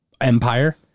Empire